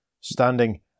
standing